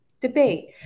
Debate